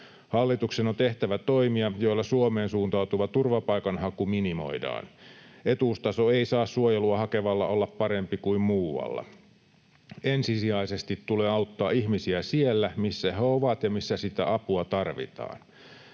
Hallituksen on tehtävä toimia, joilla Suomeen suuntautuva turvapaikanhaku minimoidaan. Etuustaso ei saa suojelua hakevalla olla parempi kuin muualla. Ensisijaisesti tulee auttaa ihmisiä siellä, missä he ovat ja missä sitä apua tarvitaan.